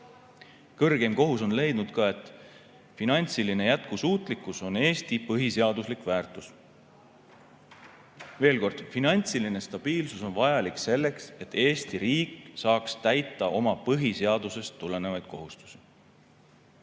Kõrgeim kohus on leidnud ka, et finantsiline jätkusuutlikkus on Eesti põhiseaduslik väärtus. Veel kord: finantsiline stabiilsus on vajalik selleks, et Eesti riik saaks täita oma põhiseadusest tulenevaid kohustusi.